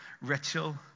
ritual